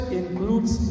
includes